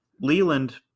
Leland